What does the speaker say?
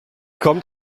kommt